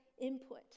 input